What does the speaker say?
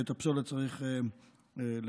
ומהפסולת צריך להיפטר,